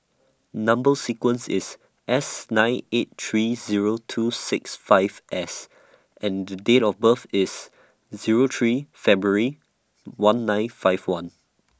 Number sequence IS S nine eight three Zero two six five S and Date of birth IS Zero three February one nine five one